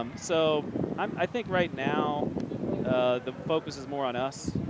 um so um i think right now the focus is more on us,